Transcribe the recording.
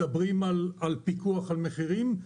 מדברים על פיקוח על מחירים,